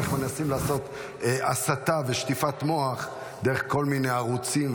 איך מנסים לעשות הסתה ושטיפת מוח דרך כל מיני ערוצים,